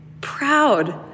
proud